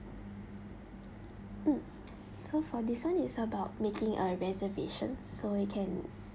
mm so for this [one] is about making a reservation so you can